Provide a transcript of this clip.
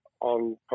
on